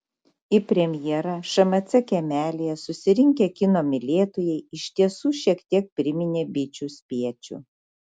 į premjerą šmc kiemelyje susirinkę kino mylėtojai iš tiesų šiek tiek priminė bičių spiečių